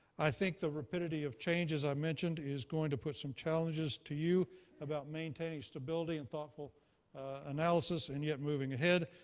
i think the rapidity of change, as i mentioned, is going to put some challenges to you about maintaining stability and thoughtful analysis and yet moving ahead.